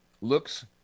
Looks